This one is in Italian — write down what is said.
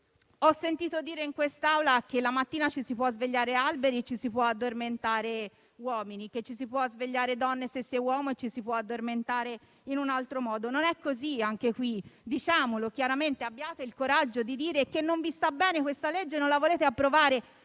Ho sentito dire in quest'Aula che la mattina ci si può svegliare alberi e ci si può addormentare uomini, che ci si può svegliare donna se si è uomo e ci si può addormentare in un altro modo. Non è così. Anche in questo caso diciamolo chiaramente. Abbiate il coraggio di dire che non vi sta bene questo disegno di legge e non lo volete approvare.